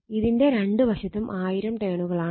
ഇതിന്റെ രണ്ടു വശത്തും 1000 ടേണുകളാണ്